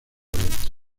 abierto